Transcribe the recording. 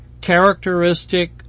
characteristic